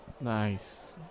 Nice